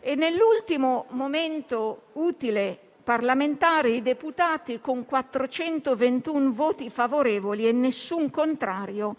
e nell'ultimo momento utile i deputati, con 421 voti favorevoli e nessun contrario,